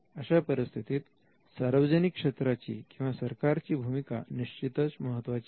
अशा परिस्थितीत सार्वजनिक क्षेत्राची किंवा सरकारची भूमिका निश्चितच महत्त्वाची आहे